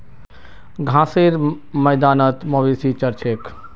घासेर मैदानत मवेशी चर छेक